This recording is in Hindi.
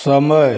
समय